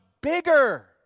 bigger